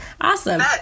Awesome